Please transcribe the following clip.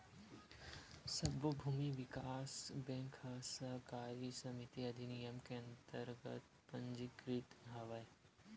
सब्बो भूमि बिकास बेंक ह सहकारी समिति अधिनियम के अंतरगत पंजीकृत हवय